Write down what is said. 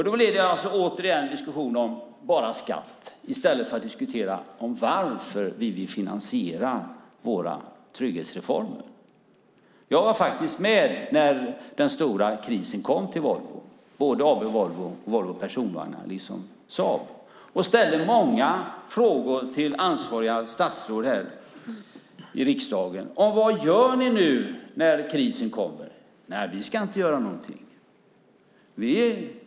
Då får vi återigen en diskussion bara om skatt i stället för en diskussion om varför vi vill finansiera våra trygghetsreformer. Jag var med när den stora krisen kom till Volvo, både AB Volvo och Volvo Personvagnar, liksom Saab. Jag ställde då många frågor till ansvariga statsråd här i riksdagen: Vad gör ni nu när krisen kommer? Nej, vi ska inte göra någonting.